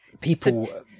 People